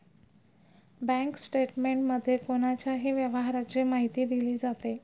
bank स्टेटमेंटमध्ये कोणाच्याही व्यवहाराची माहिती दिली जाते